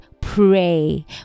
pray